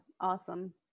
Awesome